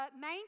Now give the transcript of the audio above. main